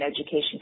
education